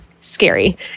scary